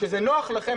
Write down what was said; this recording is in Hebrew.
כשזה נוח לכם,